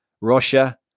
Russia